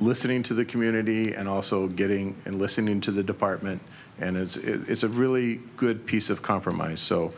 listening to the community and also getting and listening to the department and it's a really good piece of compromise so